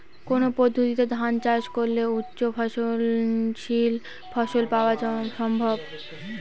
কোন পদ্ধতিতে ধান চাষ করলে উচ্চফলনশীল ফসল পাওয়া সম্ভব?